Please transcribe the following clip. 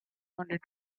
wanted